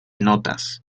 notas